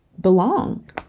belong